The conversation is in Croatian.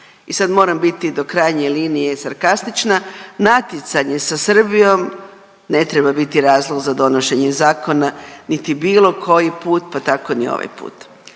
i sad moram biti do krajnje linije sarkastična, natjecanje sa Srbijom ne treba biti razlog za donošenja zakona niti bilo koji put, pa tako ni ovaj put.